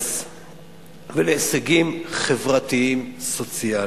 בארץ ולהישגים חברתיים סוציאליים.